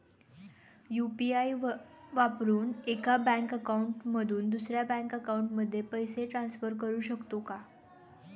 UPI वापरून एका bank account मधून दुसऱ्या बँक अकाउंटमध्ये पैसे ट्रान्सफर करू शकतो का?